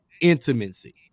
intimacy